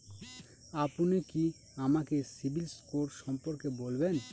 আপনি কি আমাকে সিবিল স্কোর সম্পর্কে বলবেন?